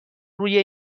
روی